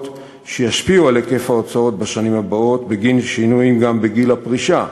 שישפיעו על היקף ההוצאות בשנים הבאות בגין שינוי גם בגיל הפרישה,